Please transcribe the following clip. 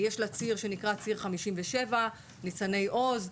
יש לה ציר שנקרא ציר 57, ניצני עוז.